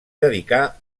dedicà